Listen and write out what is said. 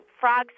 frogs